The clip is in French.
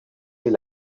est